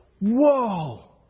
Whoa